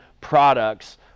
products